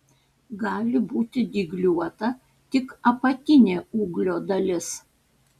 gali būti dygliuota tik apatinė ūglio dalis